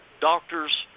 doctors